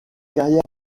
carrière